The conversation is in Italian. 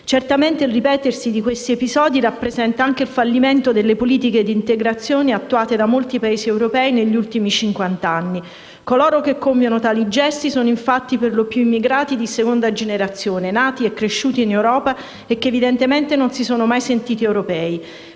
Certamente il ripetersi di questi episodi rappresenta anche il fallimento delle politiche di integrazione attuate da molti Paesi europei negli ultimi cinquant'anni. Coloro che compiono tali gesti sono, infatti, perlopiù immigrati di seconda generazione, nati e cresciuti in Europa e che evidentemente non si sono sentiti mai europei.